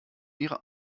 ihre